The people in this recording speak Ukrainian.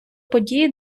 події